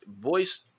voice